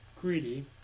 greedy